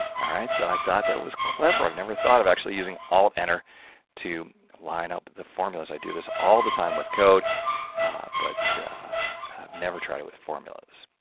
right, so i thought that was clever. i've never thought of actually using alt enter to line up the formulas. i do this all the time with code but i've never tried with formulas.